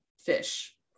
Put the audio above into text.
fish